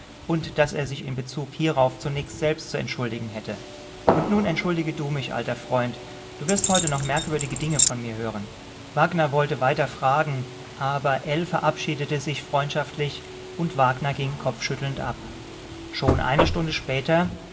und er sich in bezug hierauf zunächst selbst zu entschuldigen hätte und nun entschuldige du auch mich alter freund du wirst heute noch merkwürdige dinge von mir hören wagner wollte weiter fragen aber ell verabschiedete sich freundschaftlich und wagner ging kopfschüttelnd ab schon eine stunde später